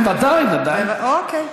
ודאי, ודאי.